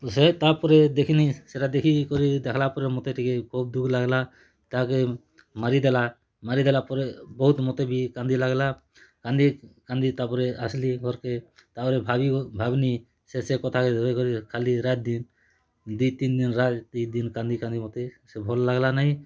ସେ ତା'ପ୍ରେ ଦେଖ୍ଲି ସେଟା ଦେଖିକରି ଦେଖ୍ଲା ପରେ ମତେ ଟିକେ ବହୁତ୍ ଦୁଃଖ୍ ଲାଗ୍ଲା ତାହାକେ ମାରିଦେଲା ମାରିଦେଲା ପରେ ବହୁତ୍ ମତେ ବି କାନ୍ଦି ଲାଗ୍ଲା କାନ୍ଦି କାନ୍ଦି ତା'ପ୍ରେ ଆସ୍ଲି ଘର୍କେ ତା'ପ୍ରେ ଭାବି ଭାବ୍ଲି ସେ ସେ କଥାକେ ଧରିକରି ଖାଲି ରାଏତ୍ ଦିନ୍ ଦୁଇ ତିନ୍ ଦିନ୍ ରାଏତ୍ ଦୁଇ ଦିନ୍ କାନ୍ଦି କାନ୍ଦି ମତେ ସେ ଭଲ୍ ଲାଗ୍ଲା ନାହିଁ